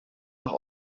nach